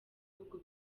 bihugu